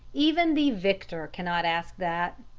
even the victor cannot ask that.